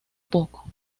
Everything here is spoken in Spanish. poco